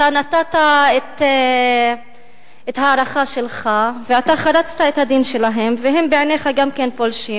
אתה נתת את ההערכה שלך ואתה חרצת את הדין שלהם והם בעיניך גם כן פולשים.